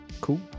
Cool